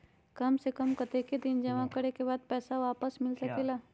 काम से कम कतेक दिन जमा करें के बाद पैसा वापस मिल सकेला?